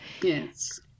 yes